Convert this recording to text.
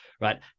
right